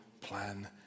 plan